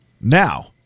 Now